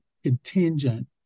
contingent